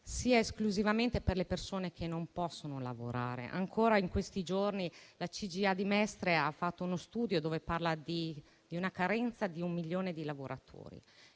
esclusivamente alle persone che non possono lavorare. Ancora in questi giorni la CGIA di Mestre ha pubblicato uno studio in cui si parla di una carenza di un milione di lavoratori.